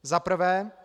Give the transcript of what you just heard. Za prvé.